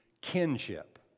kinship